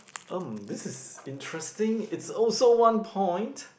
um this is interesting it's also one point